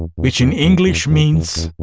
which in english means,